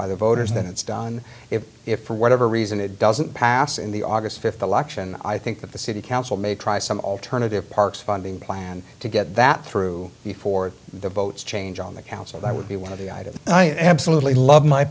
by the voters then it's done if if for whatever reason it doesn't pass in the august fifth election i think that the city council may try some alternative parks funding plan to get that through before the votes change on the council that would be one of the items i absolutely love my